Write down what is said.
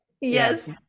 Yes